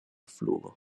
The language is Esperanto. flugo